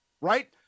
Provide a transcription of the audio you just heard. right